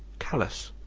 callous,